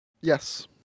Yes